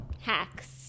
hacks